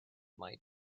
might